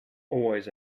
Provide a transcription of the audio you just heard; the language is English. always